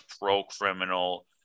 pro-criminal